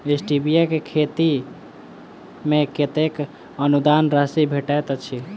Stevia केँ खेती मे कतेक अनुदान राशि भेटैत अछि?